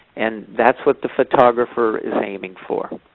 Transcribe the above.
and that's what the photographer is aiming for.